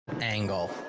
angle